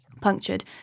punctured